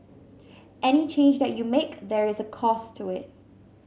any change that you make there is a cost to it